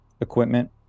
equipment